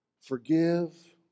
forgive